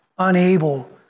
unable